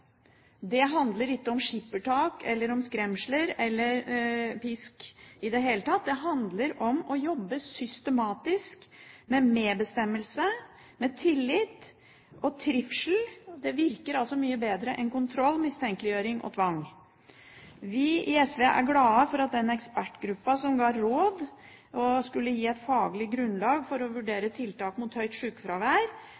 Det handler ikke om skippertak eller om skremsler eller om pisk i det hele tatt. Det handler om å jobbe systematisk med medbestemmelse, med tillit og med trivsel – det virker mye bedre enn kontroll, mistenkeliggjøring og tvang. Vi i SV er glad for at den ekspertgruppa som ga råd, og som skulle gi et faglig grunnlag for å